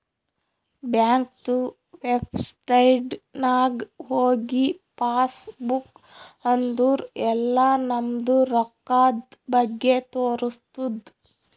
ಬ್ಯಾಂಕ್ದು ವೆಬ್ಸೈಟ್ ನಾಗ್ ಹೋಗಿ ಪಾಸ್ ಬುಕ್ ಅಂದುರ್ ಎಲ್ಲಾ ನಮ್ದು ರೊಕ್ಕಾದ್ ಬಗ್ಗೆ ತೋರಸ್ತುದ್